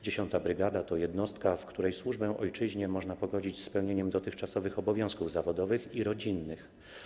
10. brygada to jednostka, w której służbę ojczyźnie można pogodzić z pełnieniem dotychczasowych obowiązków zawodowych i rodzinnych.